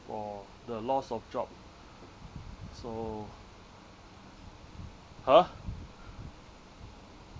for the loss of job so !huh!